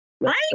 Right